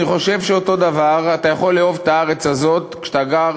אני חושב שאתה יכול לאהוב את הארץ הזאת כשאתה גר